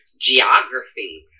geography